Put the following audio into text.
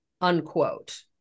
unquote